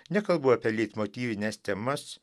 nekalbu apie leitmotyvines temas